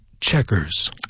checkers